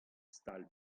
stal